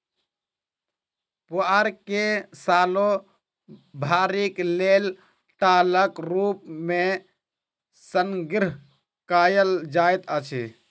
पुआर के सालो भरिक लेल टालक रूप मे संग्रह कयल जाइत अछि